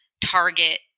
target